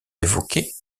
évoquées